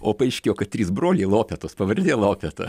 o paaiškėjo kad trys broliai lopetos pavardė lopeta